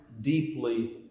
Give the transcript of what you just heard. deeply